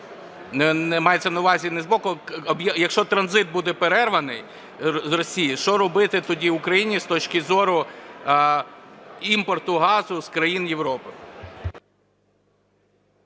Якщо транзит буде перерваний з Росії, що робити тоді Україні з точки зору імпорту газу з країн Європи.